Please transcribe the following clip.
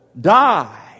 die